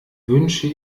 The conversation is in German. wünsche